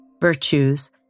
virtues